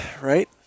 right